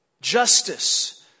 Justice